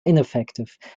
ineffective